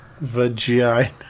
Vagina